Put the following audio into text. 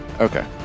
Okay